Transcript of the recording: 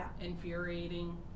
infuriating